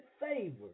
favor